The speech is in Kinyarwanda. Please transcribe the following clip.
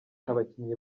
abakinnyi